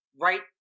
Right